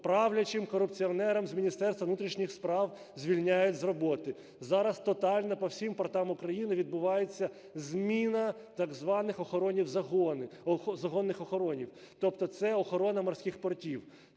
правлячим корупціонерам з Міністерства внутрішніх справ, звільняють з роботи. Зараз тотально по всім портам України відбувається зміна так званих "охоронних загонів", тобто це охорона морських портів.